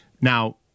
now